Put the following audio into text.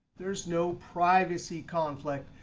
there's no privacy conflict.